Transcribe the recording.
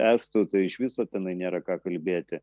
estų tai iš viso tenai nėra ką kalbėti